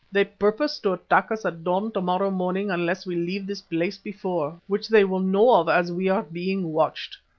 they purpose to attack us at dawn to-morrow morning unless we leave this place before, which they will know of as we are being watched.